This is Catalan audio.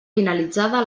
finalitzada